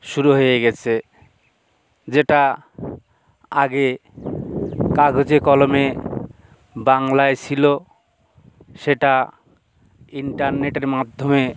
শুরু হয়ে গিয়েছে যেটা আগে কাগজে কলমে বাংলায় ছিল সেটা ইন্টারনেটের মাধ্যমে